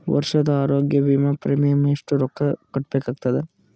ವರ್ಷದ ಆರೋಗ್ಯ ವಿಮಾ ಪ್ರೀಮಿಯಂ ಎಷ್ಟ ರೊಕ್ಕ ಕಟ್ಟಬೇಕಾಗತದ?